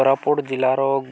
କୋରାପୁଟ ଜିଲ୍ଲାର